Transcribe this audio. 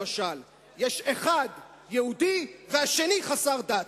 למשל אחד יהודי והשני חסר דת,